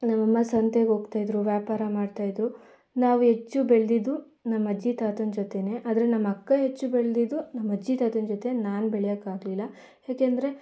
ನಮ್ಮಮ್ಮ ಸಂತೆಗೆ ಹೋಗ್ತಾ ಇದ್ದರು ವ್ಯಾಪಾರ ಮಾಡ್ತಾ ಇದ್ದರು ನಾವು ಹೆಚ್ಚು ಬೆಳೆದಿದ್ದು ನಮ್ಮಜ್ಜಿ ತಾತನ ಜೊತೆಯೇ ಆದರೆ ನಮ್ಮಕ್ಕ ಹೆಚ್ಚು ಬೆಳೆದಿದ್ದು ನಮ್ಮಜ್ಜಿ ತಾತನ ಜೊತೆ ನಾನು ಬೆಳೆಯೋಕೆ ಆಗಲಿಲ್ಲ ಏಕೆಂದರೆ